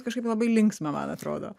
kažkaip labai linksma man atrodo